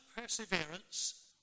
perseverance